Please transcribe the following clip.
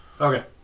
Okay